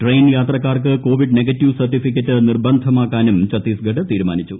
train യാത്രക്കാർക്ക് Covid negative certificate നിർബന്ധമാക്കാനും ഛത്തീസ്ഗഢ് തീരുമാനിച്ചു